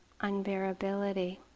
unbearability